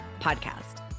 Podcast